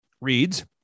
reads